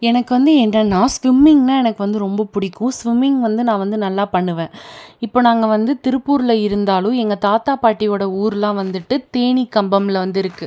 எனக்கு வந்து என்னன்னால் ஸ்விம்மிங்னால் எனக்கு வந்து ரொம்ப பிடிக்கும் ஸ்விம்மிங் வந்து நான் வந்து நல்லா பண்ணுவேன் இப்போ நாங்கள் வந்து திருப்பூரில் இருந்தாலும் எங்கள் தாத்தா பாட்டியோடய ஊரெலாம் வந்துட்டு தேனிக்கம்பமில் வந்து இருக்குது